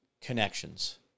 connections